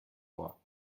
vor